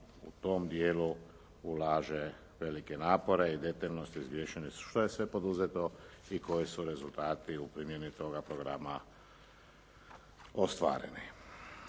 u tom dijelu ulaže velike napore i detaljnost izvješća što je sve poduzeto i koji su rezultati u primjeni toga programa ostvareni.